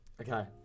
Okay